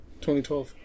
2012